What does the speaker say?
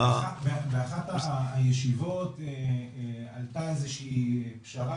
א.ש: באחת הישיבות עלתה איזה שהיא פשרה,